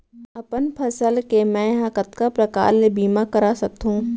अपन फसल के मै ह कतका प्रकार ले बीमा करा सकथो?